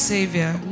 Savior